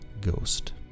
Ghost